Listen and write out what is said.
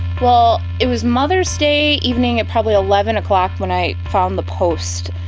well, it was mother's day evening at probably eleven o'clock when i found the post.